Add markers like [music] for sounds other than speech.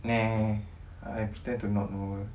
[noise] I pretend to not know her